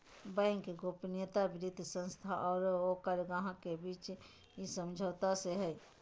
bank गोपनीयता वित्तीय संस्था आरो ओकर ग्राहक के बीच इ समझौता से हइ